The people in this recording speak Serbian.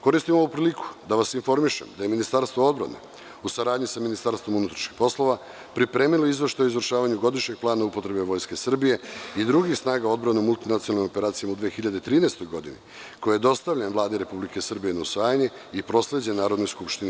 Koristim ovu priliku da vas informišem da je Ministarstvo odbrane u saradnji sa MUP, pripremilo izveštaj o izvršavanju godišnjeg plana upotrebe Vojske Srbije i drugih snaga odbrane u multinacionalnim operacijama u 2013. godini, koji je dostavljen Vladi Republike Srbije na usvajanje i prosleđen Narodnoj skupštini.